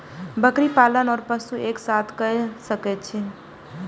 बकरी पालन ओर पशु एक साथ कई सके छी?